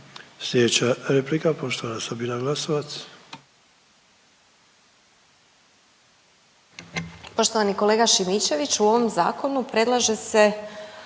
Posljednja replika poštovana Sabina Glasovac.